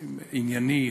ענייני,